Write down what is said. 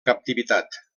captivitat